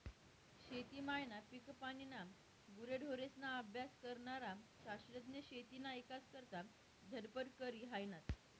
शेती मायना, पिकपानीना, गुरेढोरेस्ना अभ्यास करनारा शास्त्रज्ञ शेतीना ईकास करता धडपड करी हायनात